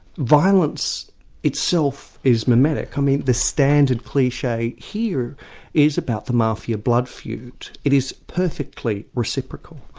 violence itself is mimetic, i mean the standard cliche here is about the mafia blood feud. it is perfectly reciprocal,